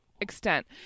extent